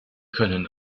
können